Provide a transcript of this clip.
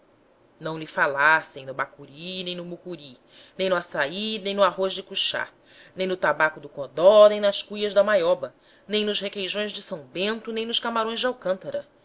não lhe falassem no bacuri nem no mucuri nem no assai nem no arroz de cuchá nem no tabaco do codó nem nas cuias da maioba nem nos requeijões de são bento nem nos camarões de alcântara